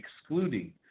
excluding